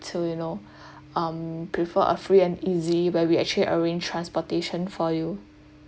to you know um prefer a free and easy where we actually arrange transportation for you